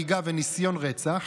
הריגה וניסיון רצח,